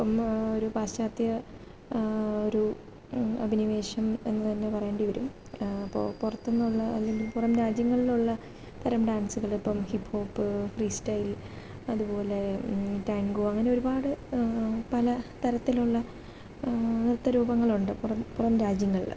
അപ്പോള് ഒരു പശ്ചാത്യ ഒരു അഭിനിവേശം എന്ന് തന്നെ പറയേണ്ടിവരും അപ്പോള് പുറത്തുനിന്നുള്ള അല്ലെങ്കിൽ പുറം രാജ്യങ്ങളിലുള്ള തരം ഡാൻസുകളിപ്പോള് ഹിപ്ഹോപ്പ് ഫ്രീ സ്റ്റൈൽ അതുപോലെ ടാങ്കൊ അങ്ങനൊരുപാട് പല തരത്തിലുള്ള നൃത്ത രൂപങ്ങളുണ്ട് പുറം പുറം രാജ്യങ്ങളില്